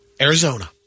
Arizona